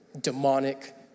demonic